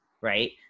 Right